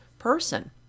person